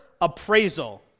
appraisal